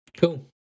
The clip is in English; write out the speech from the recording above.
cool